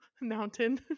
mountain